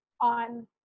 on